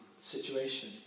situation